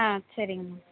ஆ சரிங்கம்மா